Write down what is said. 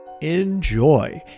Enjoy